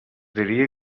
diria